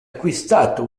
acquistato